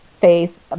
face